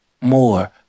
more